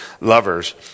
lovers